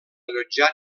allotjar